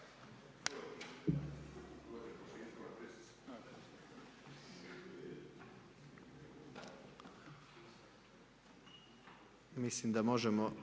Mislim da možemo